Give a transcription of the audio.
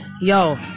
Yo